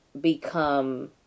become